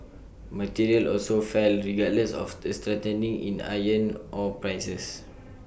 materials also fell regardless of A strengthening in iron ore prices